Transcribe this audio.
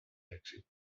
èxit